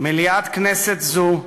מליאת כנסת זו,